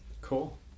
Cool